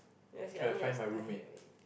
ya sia I need study buddy